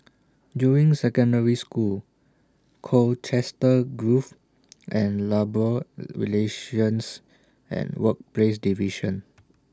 Juying Secondary School Colchester Grove and Labour Relations and Workplaces Division